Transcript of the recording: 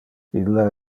ille